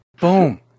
Boom